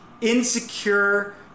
insecure